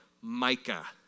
Micah